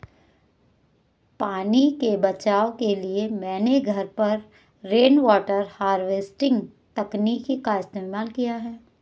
पानी के बचाव के लिए मैंने घर पर रेनवाटर हार्वेस्टिंग तकनीक का इस्तेमाल किया है